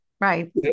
right